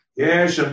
Yes